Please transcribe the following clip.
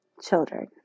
children